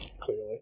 clearly